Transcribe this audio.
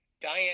Diane